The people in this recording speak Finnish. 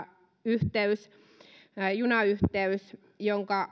junayhteys junayhteys jonka